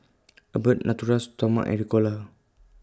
Abbott Natura Stoma and Ricola